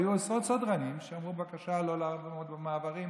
היו עשרות סדרנים שאמרו: בבקשה לא לעמוד במעברים,